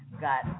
got